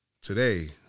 today